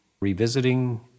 revisiting